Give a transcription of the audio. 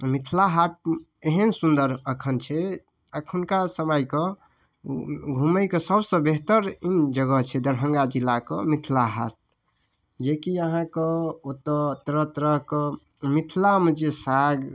मिथिला हाट एहन सुन्दर एखन छै एखुनका समयके घुमैके सबसँ बेहतर जगह छै दरभङ्गा जिलाके मिथिला हाट जेकि अहाँके ओतऽ तरह तरहके मिथिलामे जे साग